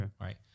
right